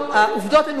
העובדות הן עובדות.